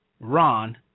Ron